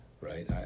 right